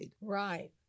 Right